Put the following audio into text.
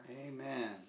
Amen